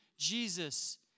Jesus